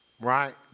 right